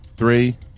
Three